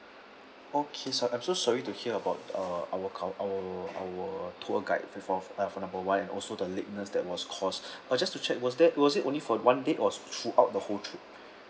okay so I'm so sorry to hear about uh our our our tour guide for for number one and also the lateness that was caused uh just to check was that was it only for one day or through out the whole trip